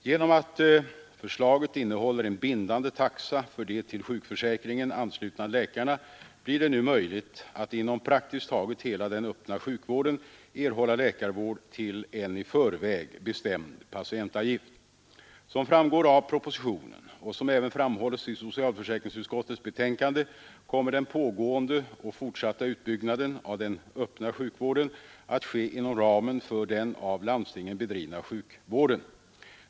Genom att förslaget innehåller en bindande taxa för de till sjukförsäkringen anslutna läkarna blir det nu möjligt att inom praktiskt taget hela den öppna sjukvården erhålla läkarvård till en i förväg bestämd patientavgift. Som framgår av propositionen och som även framhållits i socialförsäkringsutskottets betänkande kommer den pågående och fortsatta utbyggnaden av den öppna sjukvården att ske inom ramen för den av landstingen bedrivna sjukvården.